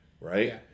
Right